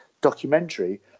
documentary